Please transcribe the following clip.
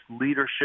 leadership